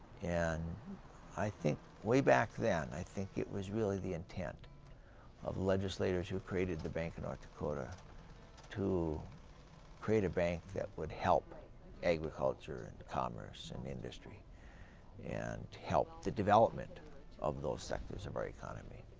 and i think, way back then i think it was really the intent of legislators who created the bank of north dakota to create a bank that would help agriculture and commerce and industry and help the development of those sectors of our economy.